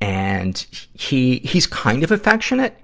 and he. he's kind of affectionate,